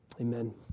Amen